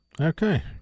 Okay